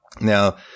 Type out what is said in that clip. Now